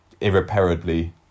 irreparably